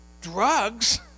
drugs